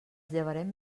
llevarem